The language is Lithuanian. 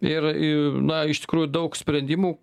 ir na iš tikrųjų daug sprendimų